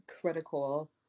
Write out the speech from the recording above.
critical